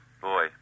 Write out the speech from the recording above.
boy